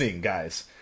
guys